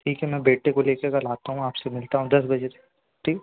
ठीक है मैं बेटे को ले कर कल आता हूँ आप से मिलता हूँ दस बजे